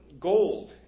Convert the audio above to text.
Gold